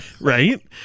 Right